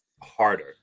harder